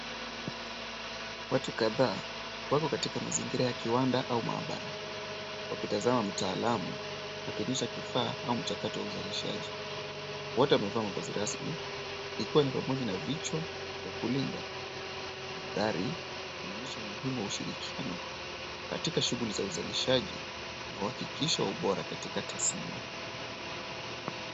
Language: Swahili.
Watu kadhaa wako katika mazingira ya kiwanda au maabara wakitazama mtaalamu akionyesha kifaa au mchakato wa uzalishaji. Wote wamevaa mavazi rasmi ikiwa ni pamoja na vichwa vya kulinda. Mandhari inaonyesha umuhimu wa ushirikiano katika shughuli za uzalishaji na uhakikisho wa ubora katika tasmia.